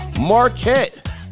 Marquette